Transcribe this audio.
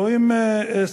לא עם סייעות,